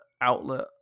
outlet